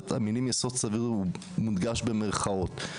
המילים יסוד סביר מודגש במירכאות.